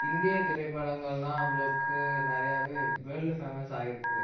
இந்திய திரைப்படங்கள்லாம் அவ்வளோக்கு நிறையவே வேர்ல்டு ஃபேமஸ் ஆயிருக்குது